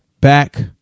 back